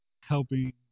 helping